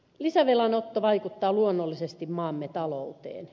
lisävelan otto vaikuttaa luonnollisesti maamme talouteen